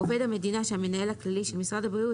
עובד המדינה שהמנהל הכללי של משרד הבריאות